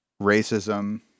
Racism